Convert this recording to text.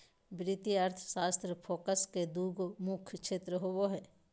वित्तीय अर्थशास्त्र फोकस के दू गो मुख्य क्षेत्र होबो हइ